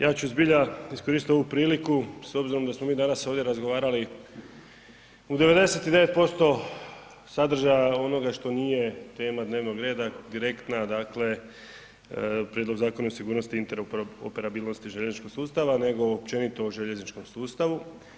Ja ću zbilja iskoristiti ovu priliku s obzirom da smo mi danas ovdje razgovarali o 99% sadržaja onoga što nije tema dnevnog reda direktna dakle Prijedlog zakona o sigurnosti i interoperabilnosti željezničkog sustava nego općenito o željezničkom sustavu.